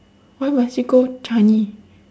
why must we go changi